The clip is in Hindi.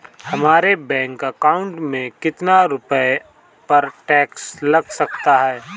हमारे बैंक अकाउंट में कितने रुपये पर टैक्स लग सकता है?